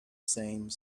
same